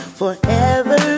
forever